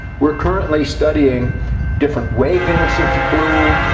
we're currently studying different wavelengths of blue.